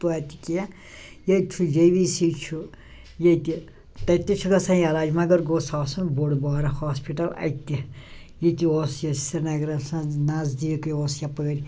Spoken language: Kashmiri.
توتہِ کیٚنٛہہ ییٚتہ چھُ جے وی سی چھُ ییٚتہ تتہِ تہِ چھُ گَژھان علاج مگر گوٚژھ آسُن بوٚڑ بارٕ ہاسپٹل اَتہِ تہِ ییٚتہِ اوس سریٖنَگرَس منٛز نذدیٖکٕے اوس یَپٲرۍ